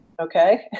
Okay